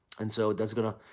and so that's going to,